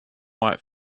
white